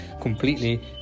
completely